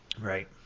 Right